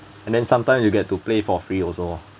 and then sometimes you get to play for free also